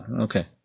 Okay